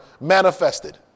manifested